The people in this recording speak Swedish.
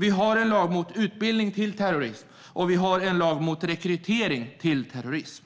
Vi har en lag mot utbildning till terrorist, och vi har en lag mot rekrytering till terrorism.